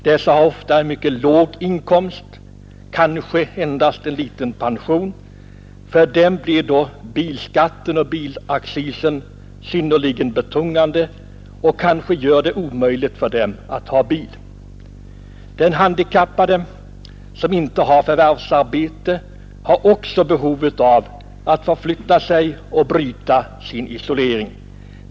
De har ofta en mycket låg inkomst, kanske endast en liten pension. Bilskatten och bilaccisen blir för dem synnerligen betungande och gör det kanske omöjligt för dem att ha bil. Den handikappade som inte har förvärvsarbete har också behov av att förflytta sig och bryta sin isolering.